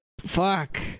Fuck